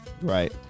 Right